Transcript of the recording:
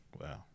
Wow